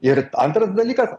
ir antras dalykas